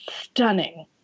stunning